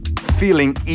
Feeling